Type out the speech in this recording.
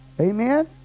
amen